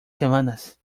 semanas